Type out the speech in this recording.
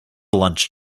lunch